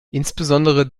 insbesondere